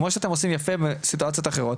כמו שאתם עושים יפה מאוד בסיטואציות אחרו,